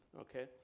Okay